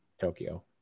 Tokyo